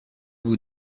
vous